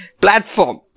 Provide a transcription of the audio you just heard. platform